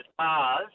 cars